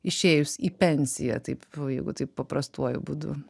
išėjus į pensiją taip jeigu taip paprastuoju būdu